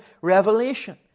revelation